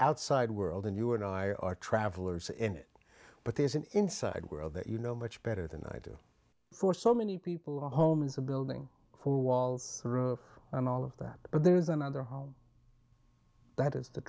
outside world and you and i are travelers in it but there is an inside world that you know much better than i do for so many people our homes a building four walls and all of that but there is another home that is the